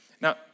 Now